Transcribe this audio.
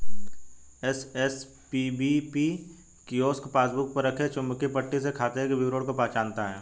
SSPBP kiosk passbook पर रखे चुंबकीय पट्टी से खाते के विवरण को पहचानता है